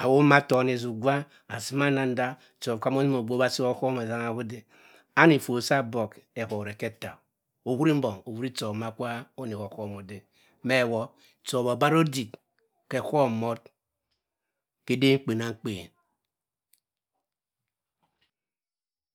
Awomma atoni esuk gwa. Asi manya nda chop kwo mosim o gbobhasi kho oghom ode. Ani fort soh abok, ehorr eketah. ohuri mbong? Ohuri chop nwa kwa oni khosom ode. Meh woh chop obara odik khesom ode. Meh woh chop obara odik khesom mort kheden kpenamkpen.